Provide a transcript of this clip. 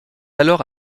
alors